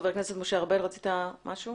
חה"כ משה ארבל רצית להגיד משהו?